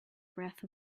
breath